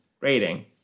rating